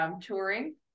touring